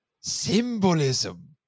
Symbolism